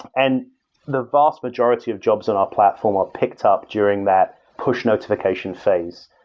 and the vast majority of jobs on our platform are picked up during that push notification phase.